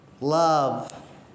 Love